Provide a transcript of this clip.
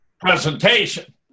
presentation